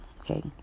Okay